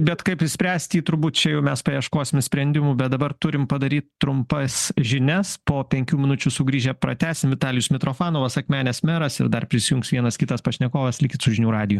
bet kaip išspręsti turbūt čia jau mes paieškosime sprendimų bet dabar turim padaryt trumpas žinias po penkių minučių sugrįžę pratęsim vitalijus mitrofanovas akmenės meras ir dar prisijungs vienas kitas pašnekovas likit su žinių radiju